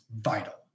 vital